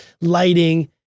lighting